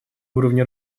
уровни